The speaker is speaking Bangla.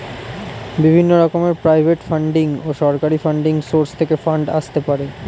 বিভিন্ন রকমের প্রাইভেট ফান্ডিং ও সরকারি ফান্ডিং সোর্স থেকে ফান্ড আসতে পারে